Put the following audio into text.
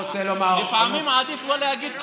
לפעמים עדיף לא להגיד כלום.